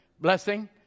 Blessing